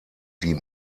sie